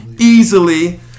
Easily